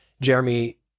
Jeremy